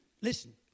Listen